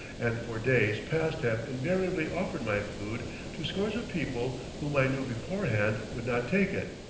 and for days past have invariably offered my food to scores of people whom i knew beforehand would not take it.